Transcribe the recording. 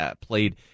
played